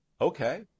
okay